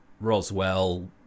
Roswell